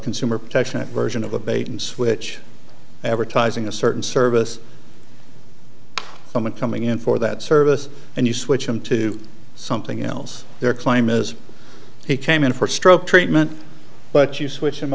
consumer protection version of a bait and switch advertising a certain service someone coming in for that service and you switch him to something else their claim is he came in for stroke treatment but you switch him